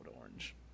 Orange